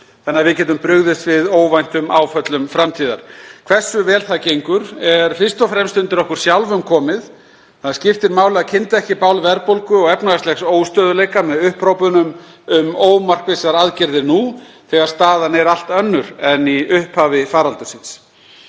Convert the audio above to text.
þannig að við getum brugðist við óvæntum áföllum framtíðar. Hversu vel það gengur er fyrst og fremst undir okkur sjálfum komið. Það skiptir máli að kynda ekki bál verðbólgu og efnahagslegs óstöðugleika með upphrópunum um ómarkvissar aðgerðir nú, þegar staðan er allt önnur en í upphafi faraldursins.